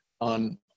on